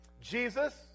Jesus